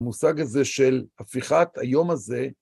מושג הזה של הפיכת היום הזה.